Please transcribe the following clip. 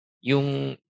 yung